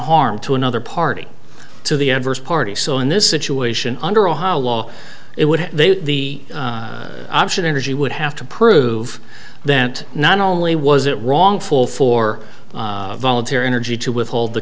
harm to another party to the adverse party so in this situation under ohio law it would have the option energy would have to prove that not only was it wrongful for voluntary energy to withhold the